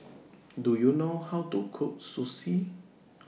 Do YOU know How to Cook Sushi